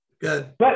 Good